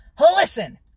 Listen